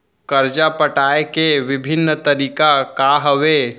करजा पटाए के विभिन्न तरीका का हवे?